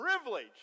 privilege